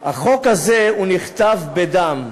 הזה נכתב בדם.